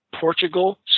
Portugal